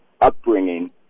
upbringing